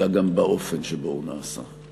אלא גם באופן שבו הוא נעשה.